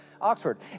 Oxford